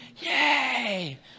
yay